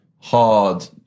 hard